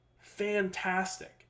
Fantastic